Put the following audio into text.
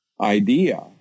idea